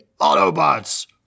Autobots